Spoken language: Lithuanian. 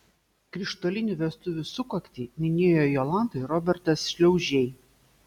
krištolinių vestuvių sukaktį minėjo jolanta ir robertas šliaužiai